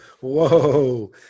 Whoa